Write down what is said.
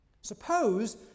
Suppose